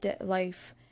life